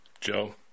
Joe